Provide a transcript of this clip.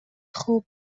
خوب